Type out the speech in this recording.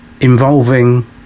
involving